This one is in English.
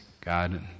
God